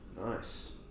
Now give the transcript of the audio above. Nice